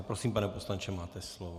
Prosím, pane poslanče, máte slovo.